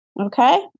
Okay